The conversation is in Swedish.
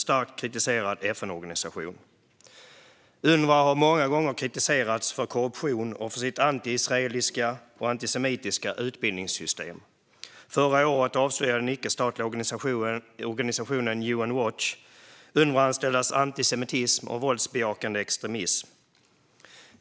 Unrwa är en FN-organisation som många gånger har kritiserats starkt för korruption och för sitt antiisraeliska och antisemitiska utbildningssystem. Förra året avslöjade den icke-statliga organisationen UN Watch Unrwa-anställdas antisemitism och våldsbejakande extremism.